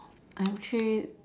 I am actually